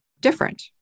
different